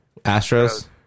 Astros